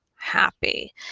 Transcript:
happy